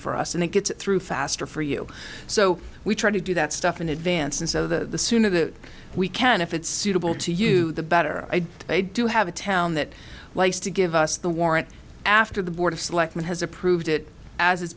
for us and it gets through faster for you so we try to do that stuff in advance and so the sooner that we can if it's suitable to you the better they do have a town that likes to give us the warrant after the board of selectmen has approved it as